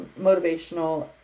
motivational